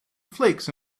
flakes